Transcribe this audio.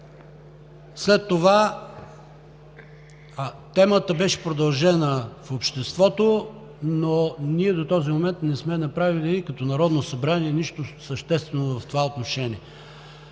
След това темата беше продължена в обществото, но ние до този момент не сме направили като Народно събрание нищо съществено в това отношение.